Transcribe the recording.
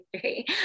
three